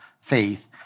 faith